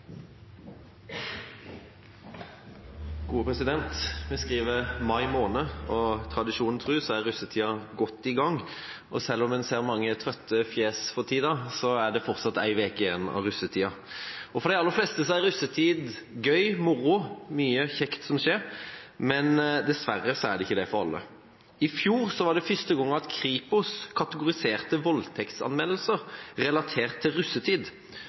russetida godt i gang. Og selv om en ser mange trøtte fjes for tida, er det fortsatt en uke igjen av russetida. For de aller fleste er russetid gøy, moro – mye kjekt som skjer – men dessverre er det ikke det for alle. I fjor var det første gang Kripos kategoriserte voldtektsanmeldelser relatert til russetid.